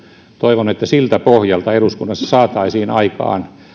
toivon että siltä pohjalta eduskunnassa saataisiin aikaan